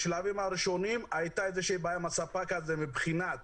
בשלבים הראשונים הייתה איזה שהיא בעיה עם הספק הזה מבחינת